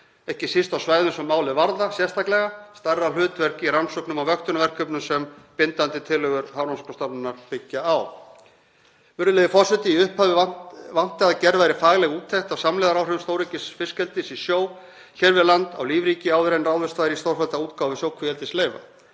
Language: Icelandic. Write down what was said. ekki síst á svæðum sem málin varða sérstaklega, stærra hlutverk í rannsóknum og vöktunarverkefnum sem bindandi tillögur Hafrannsóknastofnunar byggja á. Virðulegi forseti. Í upphafi vantaði að gerð væri fagleg úttekt á samlegðaráhrifum stóraukins fiskeldis í sjó hér við land á lífríki áður en ráðist var í stórfellda útgáfu sjókvíaeldisleyfa.